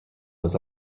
was